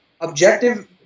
objective